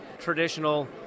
traditional